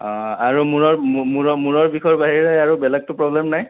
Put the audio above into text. অ আৰু মূৰৰ মূ মূৰৰ মূৰৰ বিষৰ বাহিৰে আৰু বেলেগতো প্ৰব্লেম নাই